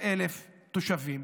15,000 17,000 תושבים,